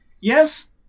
Yes